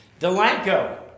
DeLanco